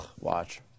Watch